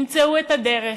ימצאו את הדרך.